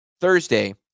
Thursday